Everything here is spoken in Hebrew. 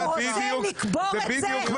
הוא רוצה לקבור את זה --- ההתיישבות